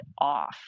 off